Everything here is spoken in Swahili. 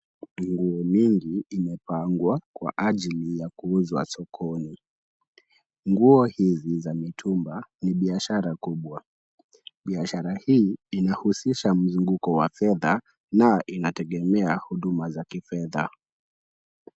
Minguo mingi imepangwa kwa ajili ya kuuzwa sokoni. Nguo hizi za mitumba ni biashara kubwa. Biashara hii inahusisha mzunguko wa fedha na inategemea huduma za kifedha.